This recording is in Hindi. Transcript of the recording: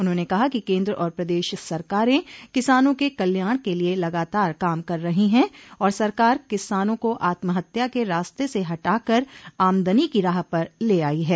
उन्हाने कहा कि केन्द्र और प्रदेश सरकारें किसानों के कल्याण के लिये लगातार काम कर रही हैं और सरकार किसानों को आत्महत्या के रास्ते से हटाकर आमदनी की राह पर ले आई है